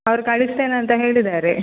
ಅವ್ರು ಕಳಿಸ್ತೇನೆ ಅಂತ ಹೇಳಿದ್ದಾರೆ